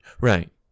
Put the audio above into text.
Right